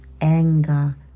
anger